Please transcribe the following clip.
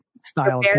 style